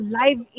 live